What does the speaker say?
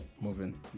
Moving